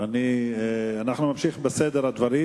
הודעה נוספת,